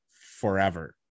forever